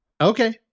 Okay